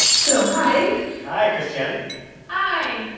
so hi hi, christianne hi